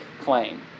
claim